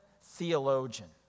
theologian